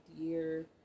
year